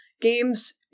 Games